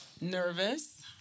nervous